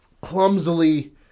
Clumsily